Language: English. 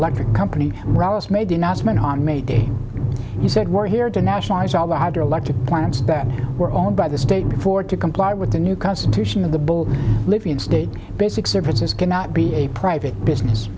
electorate company rawest made the announcement on may day you said we're here to nationalize all the hydroelectric plants that were owned by the state before to comply with the new constitution of the bull libyan state basic services cannot be a private business